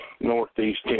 Northeast